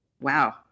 Wow